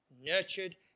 nurtured